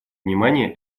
внимание